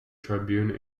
tribune